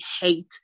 hate